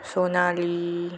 Sonali